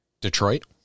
Detroit